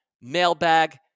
mailbag